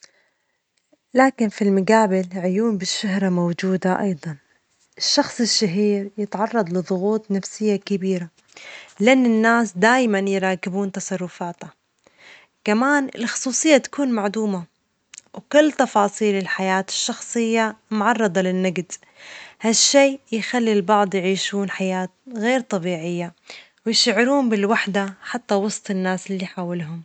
لكن في المجابل، عيون الشهرة موجودة أيضًا، الشخص الشهير يتعرض لظغوط نفسية كبيرة، لأن الناس دايمًا يراجبون تصرفاته، كمان الخصوصية تكون معدومة، وكل تفاصيل الحياة الشخصية معرضة للنجد، هالشي يخلي البعض يعيشون حياة غير طبيعية، ويشعرون بالوحدة حتى وسط الناس اللي حولهم.